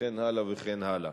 וכן הלאה וכן הלאה.